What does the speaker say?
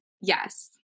Yes